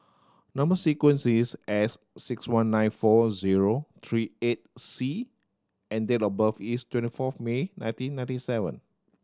number sequence is S six one nine four zero three eight C and date of birth is twenty fourth May nineteen ninety seven